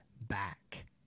back